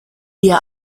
dir